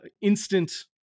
instant